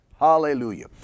Hallelujah